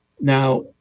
Now